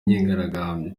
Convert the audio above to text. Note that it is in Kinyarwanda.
myigaragambyo